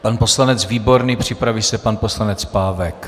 Pan poslanec Výborný, připraví se pan poslanec Pávek.